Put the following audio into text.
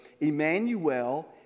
Emmanuel